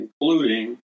including